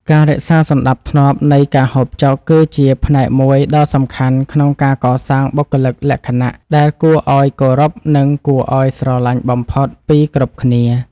ការរក្សាសណ្តាប់ធ្នាប់នៃការហូបចុកគឺជាផ្នែកមួយដ៏សំខាន់ក្នុងការកសាងបុគ្គលិកលក្ខណៈដែលគួរឱ្យគោរពនិងគួរឱ្យស្រឡាញ់បំផុតពីគ្រប់គ្នា។